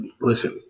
listen